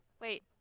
wait